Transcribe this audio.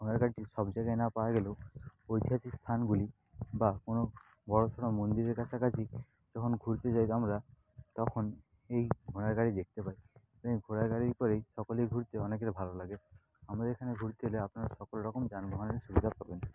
ঘোড়ার গাড়িটি সব জায়গায় না পাওয়া গেলেও ঐতিহাসিক স্থানগুলি বা কোনও বড়সড় মন্দিরের কাছাকাছি যখন ঘুরতে যাই আমরা তখন এই ঘোড়ার গাড়ি দেখতে পাই এই ঘোড়ার গাড়ি করেই সকলেই ঘুরতে অনেকের ভালো লাগে আমাদের এখানে ঘুরতে এলে আপনারা সকল রকম যানবাহনের সুবিধা পাবেন